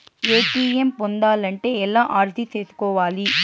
ATM పొందాలంటే ఎలా అర్జీ సేసుకోవాలి?